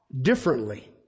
differently